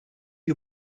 you